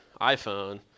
iPhone